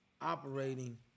operating